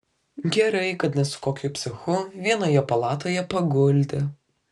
gerai kad ne su kokiu psichu vienoje palatoje paguldė